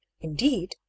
indeed